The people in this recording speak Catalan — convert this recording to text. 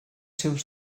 seus